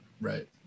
Right